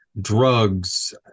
drugs